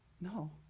No